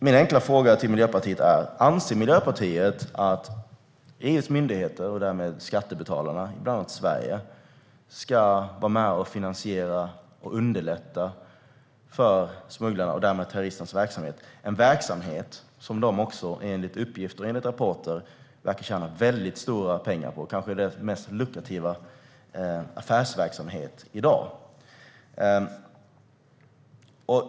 Min enkla fråga till Miljöpartiet är: Anser Miljöpartiet att EU:s myndigheter, och därmed skattebetalarna i bland annat Sverige, ska vara med och finansiera detta och underlätta för smugglarna och därmed terroristernas verksamhet? Det är en verksamhet som de enligt uppgifter och rapporter verkar tjäna väldigt stora pengar på. Det är kanske deras mest lukrativa affärsverksamhet i dag.